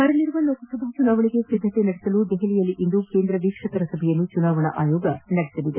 ಬರಲಿರುವ ಲೋಕಸಭಾ ಚುನಾವಣೆಗೆ ಸಿದ್ಗತೆ ನಡೆಸಲು ನವದೆಹಲಿಯಲ್ಲಿಂದು ಕೇಂದ್ರ ವೀಕ್ಷಕರುಗಳ ಸಭೆಯನ್ನು ಚುನಾವಣಾ ಆಯೋಗ ನಡೆಸಲಿದೆ